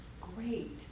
great